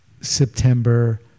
September